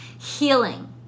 Healing